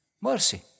Mercy